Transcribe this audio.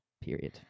period